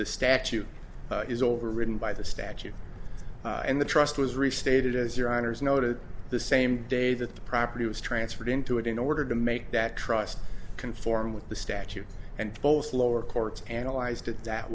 the statute is overridden by the statute and the trust was restated as your honour's noted the same day that the property was transferred into it in order to make that trust conform with the statute and both lower courts analyzed it that